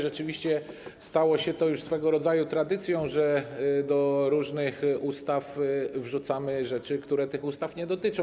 Rzeczywiście stało się to już swego rodzaju tradycją, że do różnych ustaw wrzucamy rzeczy, które tych ustaw nie dotyczą.